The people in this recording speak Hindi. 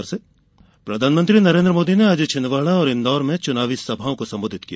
मोदी संबोधन प्रधानमंत्री नरेन्द्र मोदी ने आज छिंदवाड़ा और इन्दौर में चुनावी सभा को संबोधित किया